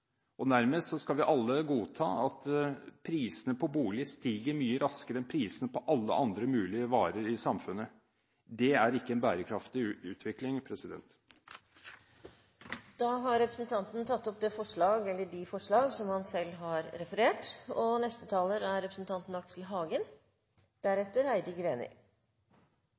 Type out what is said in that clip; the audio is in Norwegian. skal nærmest alle godta at prisene på boliger stiger mye raskere enn prisene på alle andre mulige varer i samfunnet. Det er ikke en bærekraftig utvikling. Jeg vil avslutte med å ta opp forslag nr. 7. Representanten Michael Tetzschner har tatt opp det forslaget han refererte til. Det er